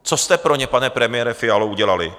Co jste pro ně, pane premiére Fialo, udělali?